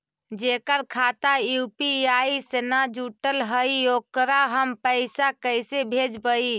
जेकर खाता यु.पी.आई से न जुटल हइ ओकरा हम पैसा कैसे भेजबइ?